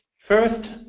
first,